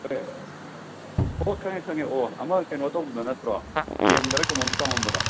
ꯍꯣꯏ ꯑꯣ ꯈꯪꯉꯦ ꯈꯪꯉꯦ ꯑꯣ ꯑꯃ ꯀꯩꯅꯣ ꯇꯧꯕꯗꯣ ꯅꯠꯇ꯭ꯔꯣ ꯗꯤ ꯑꯦꯝꯗꯔ ꯀꯩꯅꯣꯝ ꯇꯝꯃꯝꯕꯗꯣ